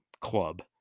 club